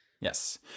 Yes